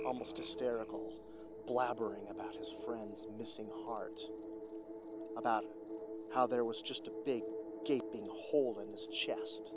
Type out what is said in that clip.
almost hysterical blabbering about his friend's missing part about how there was just a big gaping hole in the he